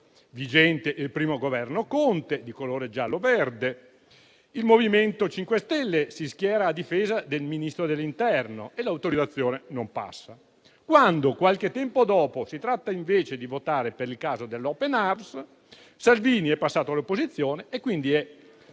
durante il Governo Conte I di colore giallo-verde, il MoVimento 5 Stelle si è schierato a difesa del Ministro dell'interno e l'autorizzazione non è passata. Quando, qualche tempo dopo, si è trattato invece di votare per il caso dell'Open Arms, Salvini era passato all'opposizione e quindi è